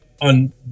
on